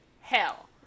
hell